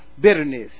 bitterness